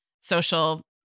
social